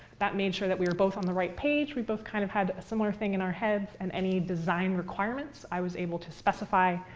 that made sure that we were both on the right page. we both kind of had a similar thing in our heads, and any design requirements, i was able to specify.